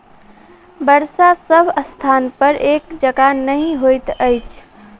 वर्षा सभ स्थानपर एक जकाँ नहि होइत अछि